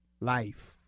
Life